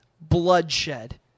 bloodshed